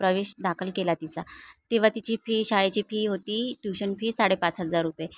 प्रवेश दाखल केला तिचा तेव्हा तिची फी शाळेची फी होती ट्यूशन फी साडेपाच हजार रुपये